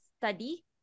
study